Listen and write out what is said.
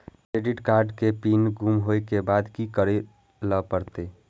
Credit card के PIN गुम होय के बाद की करै ल परतै?